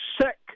sick